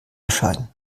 erscheinen